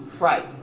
Right